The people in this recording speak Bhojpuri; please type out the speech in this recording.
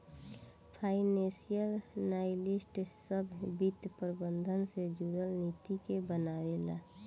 फाइनेंशियल एनालिस्ट सभ वित्त प्रबंधन से जुरल नीति के बनावे ला